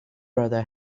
brother